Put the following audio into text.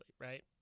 right